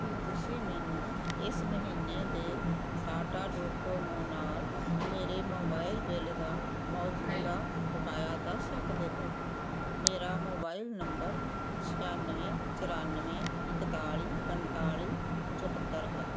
ਕੀ ਤੁਸੀਂ ਮੈਨੂੰ ਇਸ ਮਹੀਨੇ ਦੇ ਟਾਟਾ ਡੋਕੋਮੋ ਨਾਲ ਮੇਰੇ ਮੋਬਾਈਲ ਬਿੱਲ ਦਾ ਮੌਜੂਦਾ ਬਕਾਇਆ ਦੱਸ ਸਕਦੇ ਹੋ ਮੇਰਾ ਮੋਬਾਈਲ ਨੰਬਰ ਛਿਆਨਵੇਂ ਚੁਰਾਨਵੇਂ ਇਕਤਾਲੀ ਪੰਤਾਲੀ ਚੌਹੱਤਰ ਹੈ